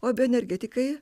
o bioenergetikai